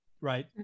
Right